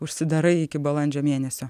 užsidarai iki balandžio mėnesio